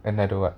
another what